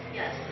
yes